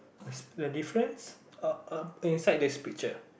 the difference uh um inside this picture